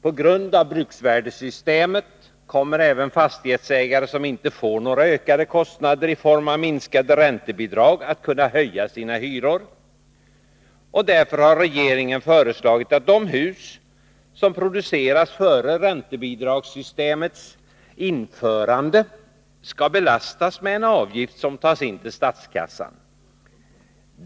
På grund av bruksvärdessystemet kommer även fastighetsägare som inte får några ökade kostnader i form av minskade räntebidrag att kunna höja sina hyror. Därför har regeringen föreslagit att de hus som producerats före räntebidragssystemets införande skall belastas med en avgift som tas in till statskassan.